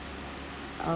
uh